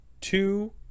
two